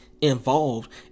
involved